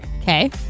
Okay